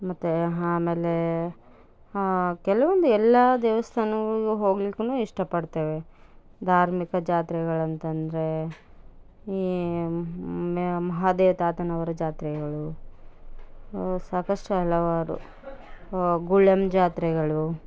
ಮತ್ತು ಆಮೇಲೆ ಕೆಲವೊಂದು ಎಲ್ಲ ದೇವಸ್ಥಾನಗಳಿಗೂ ಹೋಗಲಿಕ್ಕೂನು ಇಷ್ಟಪಡ್ತೇವೆ ಧಾರ್ಮಿಕ ಜಾತ್ರೆಗಳು ಅಂತಂದರೆ ಈ ಈ ಮಹಾದೇವ ತಾತನವರ ಜಾತ್ರೆಗಳು ಸಾಕಷ್ಟು ಹಲವಾರು ಗುಳ್ಯಂ ಜಾತ್ರೆಗಳು